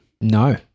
No